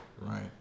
right